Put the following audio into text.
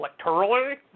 Electorally